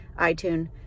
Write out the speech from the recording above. iTunes